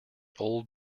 old